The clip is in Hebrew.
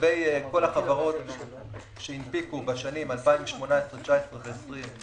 לגבי כל החברות שהנפיקו בשנים 2018, 2019 ו-2020,